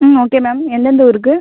ம் okay ma'am எந்தெந்த ஊருக்கு